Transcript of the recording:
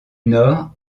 nord